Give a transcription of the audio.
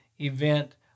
event